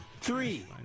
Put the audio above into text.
Three